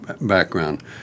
background